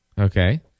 Okay